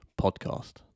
podcast